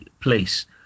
place